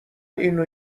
اینو